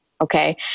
okay